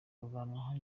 kuvanwaho